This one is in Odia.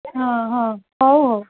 ହଁ ହଁ ହଉ ହଉ